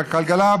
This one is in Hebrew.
בכלכלה,